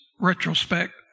retrospect